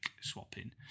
swapping